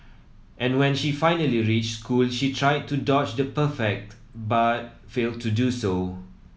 and when she finally reached school she tried to dodge the prefect but failed to do so